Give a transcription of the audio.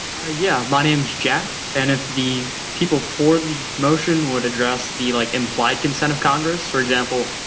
ah yeah. my name's jack. and if the people for the motion would address the like implied consent of congress, for example,